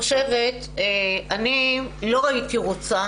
אני לא הייתי רוצה